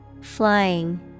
Flying